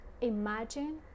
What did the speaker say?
imagine